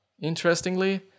interestingly